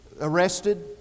arrested